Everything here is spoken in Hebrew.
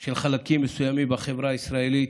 של חלקים מסוימים בחברה הישראלית,